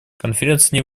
конференция